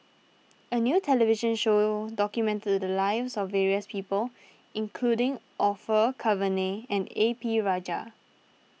a new television show documented the lives of various people including Orfeur Cavenagh and A P Rajah